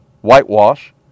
whitewash